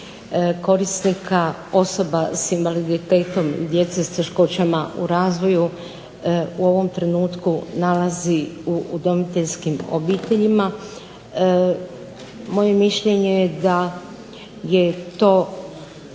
korisnika osoba s invaliditetom, djece s teškoćama u razvoju u ovom trenutku nalazi u udomiteljskim obiteljima. Moje mišljenje je da je to